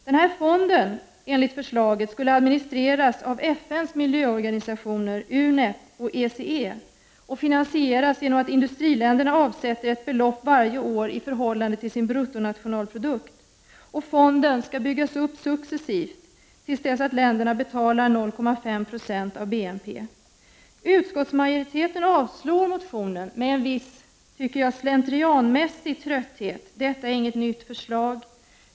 Denna fond skulle enligt förslaget administreras av FN:s miljöorganisationer UNEP och ECE och finansieras genom att industriländerna varje år avsätter ett belopp i förhållande till sin bruttonationalprodukt, och fonden skall byggas upp successivt tills länderna betalar 0,5 96 av BNP. Utskottsmajoriteten avstyrker motionen med en viss, som jag tycker, slentrianmässig trötthet: Det är inget nytt förslag.